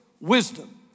wisdom